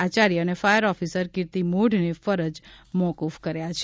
આચાર્ય અને fire officer Kirti મોઢને ફરજ મોક્રફ કર્યા છે